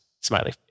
Smiley